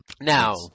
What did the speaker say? now